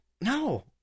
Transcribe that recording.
No